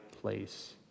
place